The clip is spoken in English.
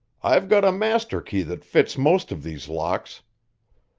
i've got a master-key that fits most of these locks.